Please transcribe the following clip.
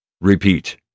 repeat